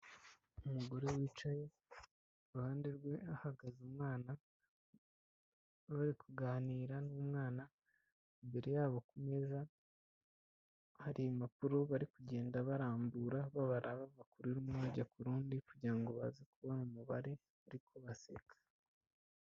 Umugore wicaye, iruhande rwe hahagaze umwana, bari kuganira n'umwana. Imbere yabo ku meza, hari impapuro bari kugenda barambura, babara bava kuri rumwe bajya ku rundi, kugira ngo baze kubona umubare, ariko baseka.